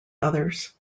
others